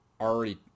already